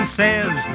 says